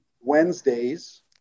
Wednesdays